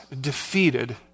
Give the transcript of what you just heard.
defeated